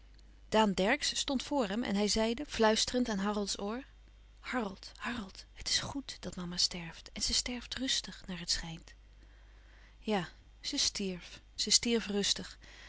daan dercksz stond voor hem en hij zeide fluisterend aan harolds oor harold harold het is goèd dat mama sterft en ze sterft rùstig naar het schijnt ja ze stierf ze stierf rustig